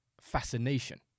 fascination